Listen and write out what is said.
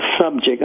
subject